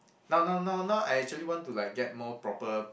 now now now now I actually want to like get more proper